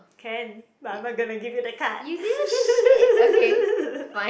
can but I'm not gonna give you the card